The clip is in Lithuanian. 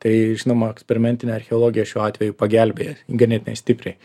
tai žinoma eksperimentinė archeologija šiuo atveju pagelbėja ganėtinai stipriai